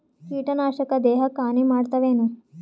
ಕೀಟನಾಶಕ ದೇಹಕ್ಕ ಹಾನಿ ಮಾಡತವೇನು?